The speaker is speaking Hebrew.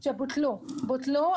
בוטלו,